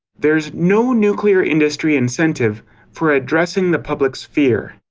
there's no nuclear industry incentive for addressing the public's fear.